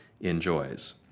enjoys